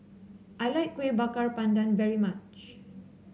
I like Kuih Bakar Pandan very much